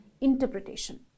interpretation